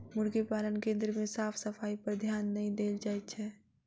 मुर्गी पालन केन्द्र मे साफ सफाइपर ध्यान नै देल जाइत छै